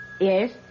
Yes